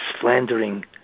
slandering